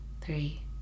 three